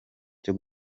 cyo